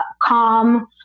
calm